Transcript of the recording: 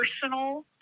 personal